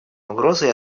угрозой